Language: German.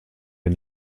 den